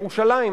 ירושלים,